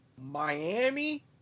Miami